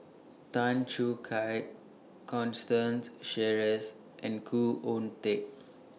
Tan Choo Kai Constance Sheares and Khoo Oon Teik